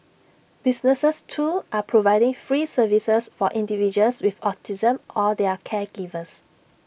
businesses too are providing free services for individuals with autism or their caregivers